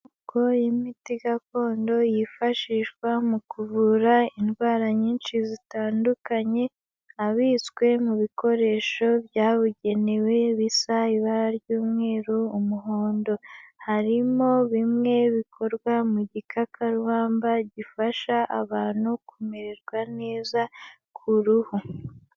Amoko y'imiti gakondo yifashishwa mu kuvura indwara nyinshi zitandukanye, abitswe mu bikoresho byabugenewe bisa ibara ry'umweru, umuhondo; harimo bimwe bikorwa mu gikakarubamba gifasha abantu kumererwa neza ku ruhu.